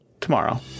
tomorrow